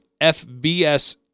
FBS